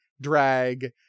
drag